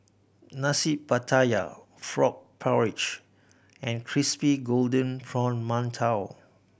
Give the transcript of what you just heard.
Nasi Pattaya frog porridge and crispy golden brown mantou